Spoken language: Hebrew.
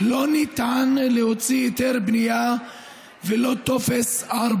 לא ניתן להוציא היתר בנייה ולא טופס 4,